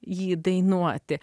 jį dainuoti